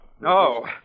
No